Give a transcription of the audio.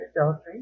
adultery